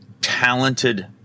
talented